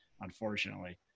unfortunately